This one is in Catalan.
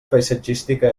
paisatgística